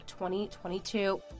2022